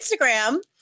Instagram